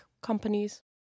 companies